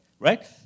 Right